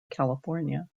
california